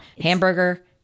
hamburger